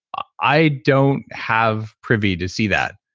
ah i don't have privy to see that,